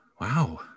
wow